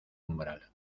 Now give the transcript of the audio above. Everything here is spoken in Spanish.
umbral